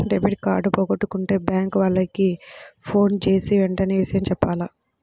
debit card పోగొట్టుకుంటే bank వాళ్లకి ఫోన్జేసి వెంటనే విషయం జెప్పాల